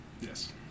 Yes